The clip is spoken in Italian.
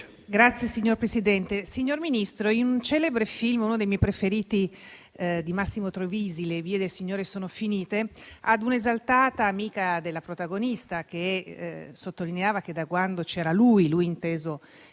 finestra") *(IV-C-RE)*. Signor Ministro, in un celebre film, uno dei miei preferiti di Massimo Troisi, «Le vie del Signore sono finite», ad un'esaltata amica della protagonista che sottolineava che da quando c'era lui - lui inteso come